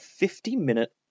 50-minute